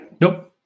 Nope